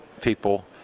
people